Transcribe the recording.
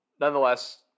nonetheless